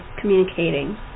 communicating